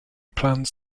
plans